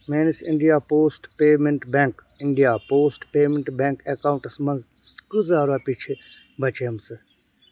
میٲنِس India post payment bank India post payment bank accounts منٛز کۭژاہ رۄپیہِ چھِ بچیمٕژ